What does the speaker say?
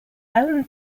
alan